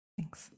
Thanks